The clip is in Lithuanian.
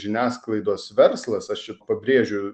žiniasklaidos verslas aš čia pabrėžiu